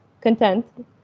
content